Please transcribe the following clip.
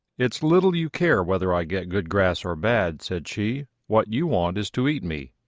it's little you care whether i get good grass or bad, said she what you want is to eat me.